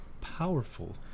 powerful